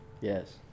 Yes